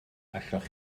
allwch